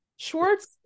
Schwartz